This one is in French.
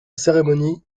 cérémonie